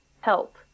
help